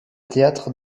théâtre